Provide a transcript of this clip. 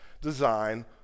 design